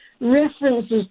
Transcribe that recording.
references